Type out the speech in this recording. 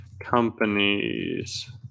Companies